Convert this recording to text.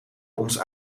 ons